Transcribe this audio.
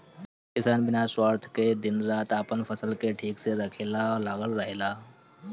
किसान बिना स्वार्थ के दिन रात आपन फसल के ठीक से रखे ला लागल रहेला